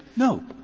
no,